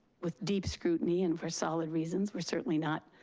with deep scrutiny and for solid reasons. we're certainly not,